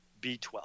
B12